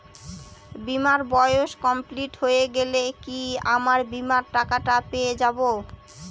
বীমার বয়স কমপ্লিট হয়ে গেলে কি আমার বীমার টাকা টা পেয়ে যাবো?